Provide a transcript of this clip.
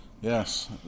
Yes